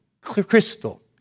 crystal